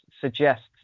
suggests